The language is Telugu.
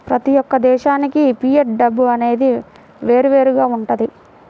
ప్రతి యొక్క దేశానికి ఫియట్ డబ్బు అనేది వేరువేరుగా వుంటది